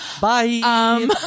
Bye